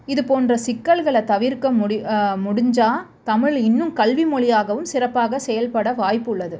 இது போன்ற சிக்கல்களை தவிர்க்க முடி முடிஞ்சால் தமிழ் இன்னும் கல்வி மொழியாகவும் சிறப்பாக செயல்பட வாய்ப்பு உள்ளது